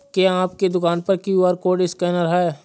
क्या आपके दुकान में क्यू.आर कोड स्कैनर है?